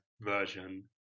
version